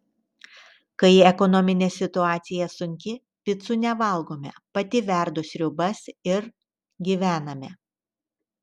kai ekonominė situacija sunki picų nevalgome pati verdu sriubas ir gyvename